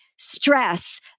stress